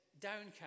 downcast